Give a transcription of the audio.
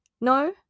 No